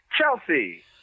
Chelsea